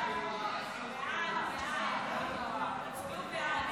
ההצעה להעביר את